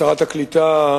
שרת הקליטה,